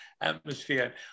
atmosphere